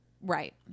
Right